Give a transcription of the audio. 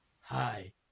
Hi